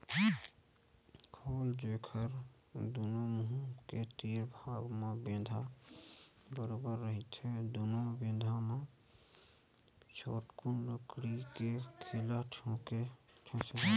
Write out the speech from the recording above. खोल, जेखर दूनो मुहूँ के तीर भाग म बेंधा बरोबर रहिथे दूनो बेधा म छोटकुन लकड़ी के खीला ठेंसे जाथे